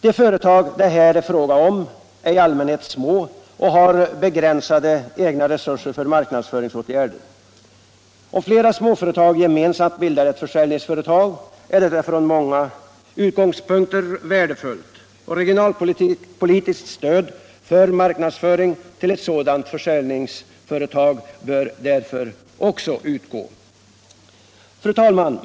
De företag det här är fråga om är i allmänhet små och har begränsade egna resurser för marknadsföringsåtgärder. Om flera småföretag gemensamt bildar ett försäljningsföretag, är detta från många utgångspunkter värdefullt. Regionalpolitiskt stöd för marknadsföring till ett sådant försäljningsföretag bör därför också utgå. Fru talman!